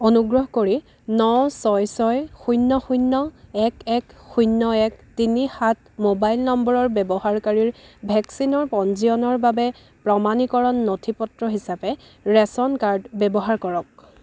অনুগ্ৰহ কৰি ন ছয় ছয় শূন্য় শূন্য় এক এক শূন্য় এক তিনি সাত মোবাইল নম্বৰৰ ব্যৱহাৰকাৰীৰ ভেকচিনৰ পঞ্জীয়নৰ বাবে প্ৰমাণীকৰণ নথি পত্ৰ হিচাপে ৰেচন কাৰ্ড ব্যৱহাৰ কৰক